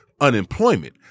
unemployment